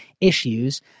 issues